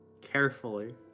carefully